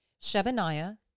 Shebaniah